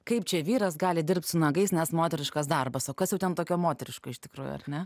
kaip čia vyras gali dirbt su nagais nes moteriškas darbas o kas jau ten tokio moteriško iš tikrųjų ar ne